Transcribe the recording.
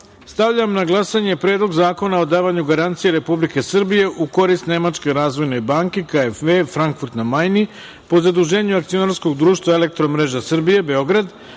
dva. Stavljam na glasanje Predlog zakona o davanju garancije Republike Srbije u korist Nemačke razvojne banke KFW Frankfurt na Majni po zaduženju Akcionarskog društva „Elektromreža Srbije“ Beograd